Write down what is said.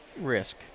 risk